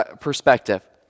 perspective